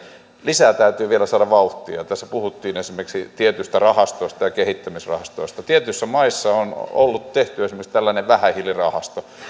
lisää täytyy vielä saada vauhtia tässä puhuttiin esimerkiksi tietystä rahastosta ja kehittämisrahastoista tietyissä maissa on tehty esimerkiksi tällainen vähähiilirahasto ne